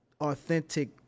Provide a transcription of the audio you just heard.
authentic